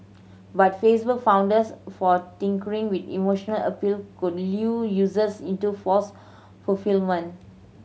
but Facebook fondness for tinkering with emotional appeal could lull users into false fulfilment